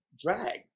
drag